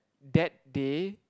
that day